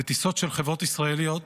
בטיסות של חברות ישראליות,